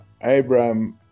Abraham